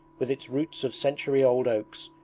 with its roots of century-old oaks,